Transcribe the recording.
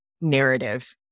narrative